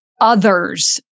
others